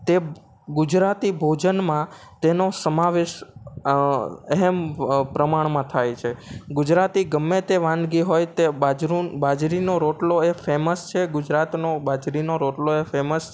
તે ગુજરાતી ભોજનમાં તેનો સમાવેશ હેમ પ્રમાણમાં થાય છે ગુજરાતી ગમે તે વાનગી હોય તે બાજરું બાજરીનો રોટલો એ ફેમસ છે ગુજરાતનો બાજરીનો રોટલો એ ફેમસ છે